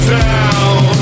down